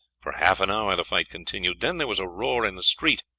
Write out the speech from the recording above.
for half an hour the fight continued, then there was a roar in the street,